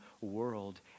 world